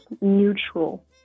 neutral